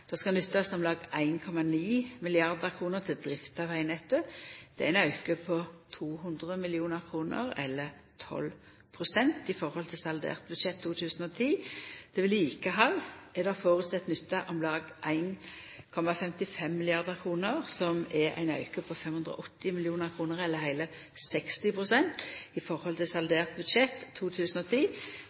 skal nyttast om lag 1,9 mrd. kr til drift av vegnettet. Det er ein auke på 200 mill. kr, eller 12 pst. i forhold til saldert budsjett 2010. Til vedlikehald er det føresett nytta om lag 1,55 mrd. kr, som er ein auke på 580 mill. kr, eller heile 60 pst. i forhold til saldert budsjett 2010.